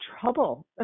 trouble